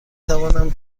توانم